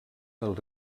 del